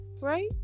right